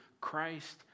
Christ